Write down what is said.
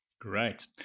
Great